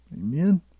Amen